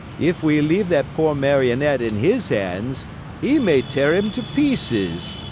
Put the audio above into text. if we leave that poor marionette in his hands he may tear him to pieces!